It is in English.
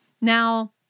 Now